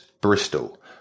Bristol